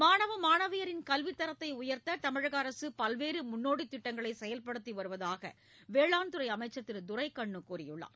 மாணவ மாணவியரின் கல்வித்தரத்தை உயர்த்த தமிழக அரசு பல்வேறு முன்னோடித் திட்டங்களை செயல்படுத்தி வருவதாக வேளாண் துறை அமைச்சர் திரு துரைக்கண்ணு கூறியுள்ளார்